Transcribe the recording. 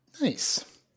Nice